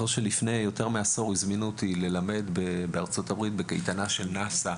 זה לשיקולי הנסחות אצלכם.